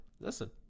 Listen